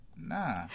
Nah